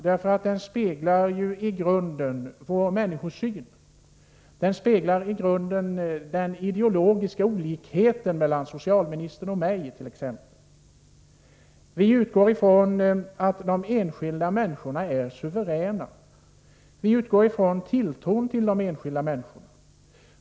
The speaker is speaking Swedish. Den speglar i grunden vår människosyn och den ideologiska olikheten mellan t.ex. socialministern och mig. Vi moderater utgår ifrån att de enskilda människorna är suveräna. Vi utgår ifrån tilltron till de enskilda människorna.